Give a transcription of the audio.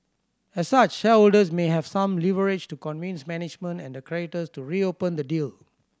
as such shareholders may have some leverage to convince management and the creditors to reopen the deal